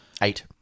Eight